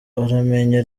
uramenye